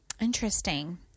Interesting